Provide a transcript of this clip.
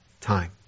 time